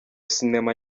sinema